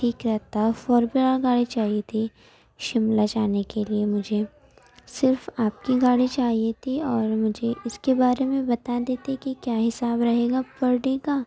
ٹھیک رہتا four wheeler گاڑی چاہیے تھی شملہ جانے کے لیے مجھے صرف آپ کی گاڑی چاہیے تھی اور مجھے اِس کے بارے میں بتا دیتے کہ کیا حساب رہے گا پر ڈے کا